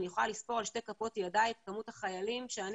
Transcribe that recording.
אני יכולה לספור על שתי כפות ידיי את כמות החיילים שאני